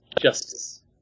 justice